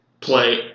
play